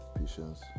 patience